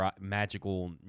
magical